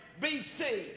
BC